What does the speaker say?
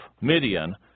Midian